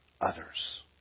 others